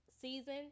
season